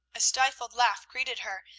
a stifled laugh greeted her,